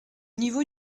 niveau